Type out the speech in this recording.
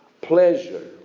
Pleasure